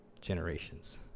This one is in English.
generations